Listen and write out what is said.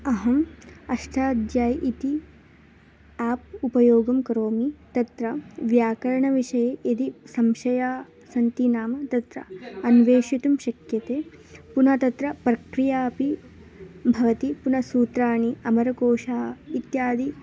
अहम् अष्टाध्यायी इति आप् उपयोगं करोमि तत्र व्याकरणविषये यदि संशयाः सन्ति नाम तत्र अन्वेषितुं शक्यते पुनः तत्र प्रक्रिया अपि भवति पुन सूत्राणि अमरकोशः इत्यादि